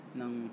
ng